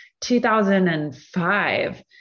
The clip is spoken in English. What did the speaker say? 2005